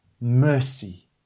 mercy